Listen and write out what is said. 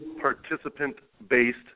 participant-based